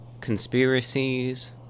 conspiracies